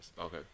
Okay